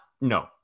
No